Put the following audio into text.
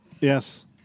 Yes